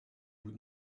bout